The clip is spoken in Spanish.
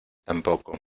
tampoco